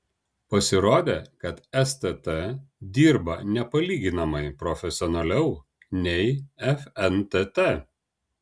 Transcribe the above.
pasirodė kad stt dirba nepalyginamai profesionaliau nei fntt